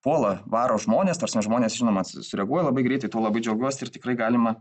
puola varo žmones ta prasme žmonės žinoma sureaguoja labai greitai tuo labai džiaugiuos ir tikrai galima